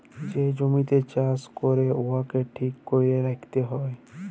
যে জমিতে চাষ ক্যরে উয়াকে ঠিক ক্যরে রাইখতে হ্যয়